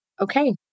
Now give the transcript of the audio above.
Okay